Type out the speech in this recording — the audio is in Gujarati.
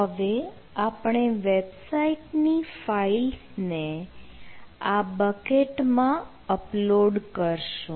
હવે આપણે વેબસાઈટની ફાઈલ્સ ને આ બકેટમાં અપલોડ કરીશું